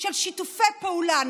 של שיתופי פעולה,